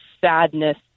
sadness